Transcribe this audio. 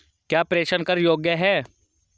क्या प्रेषण कर योग्य हैं?